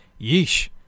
Yeesh